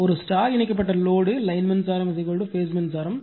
ஒரு ஸ்டார் இணைக்கப்பட்ட load line மின்சாரம் பேஸ் மின்சாரம்